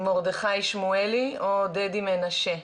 מרדכי שמואלי או דדי מנשה.